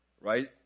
right